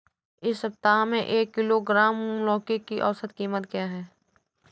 इस सप्ताह में एक किलोग्राम लौकी की औसत कीमत क्या है?